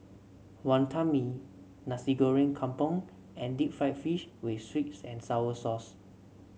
Wantan Mee Nasi Goreng Kampung and Deep Fried Fish with sweet and sour sauce